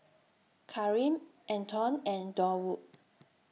Karim Antone and Durwood